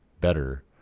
better